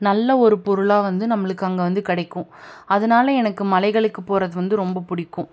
நல்ல ஒரு பொருளாக வந்து நம்மளுக்கு அங்கே வந்து கிடைக்கும் அதனால் எனக்கு மலைகளுக்குப் போகிறது வந்து ரொம்ப பிடிக்கும்